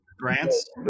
Grants